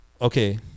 okay